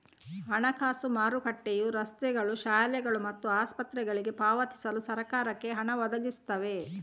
ಹಣಕಾಸು ಮಾರುಕಟ್ಟೆಯು ರಸ್ತೆಗಳು, ಶಾಲೆಗಳು ಮತ್ತು ಆಸ್ಪತ್ರೆಗಳಿಗೆ ಪಾವತಿಸಲು ಸರಕಾರಕ್ಕೆ ಹಣ ಒದಗಿಸ್ತವೆ